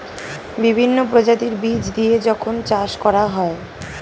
বিভিন্ন প্রজাতির বীজ দিয়ে যখন চাষ করা হয়